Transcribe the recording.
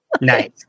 Nice